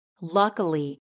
Luckily